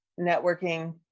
networking